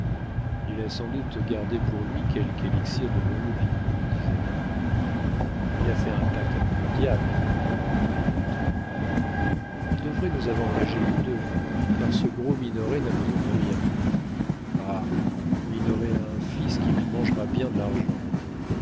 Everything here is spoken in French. il a sans doute gardé pour lui quelque élixir de longue vie disait l'un il a fait un pacte avec le diable répondait l'autre il devrait nous avantager nous deux car ce gros minoret n'a besoin de rien ah minoret a un fils qui lui mangera bien de l'argent